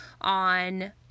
on